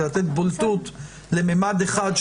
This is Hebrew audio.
ולתת בולטות לממד אחד,